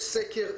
יש סקר,